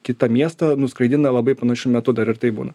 kitą miestą nuskraidina labai panašiu metu dar ir taip būna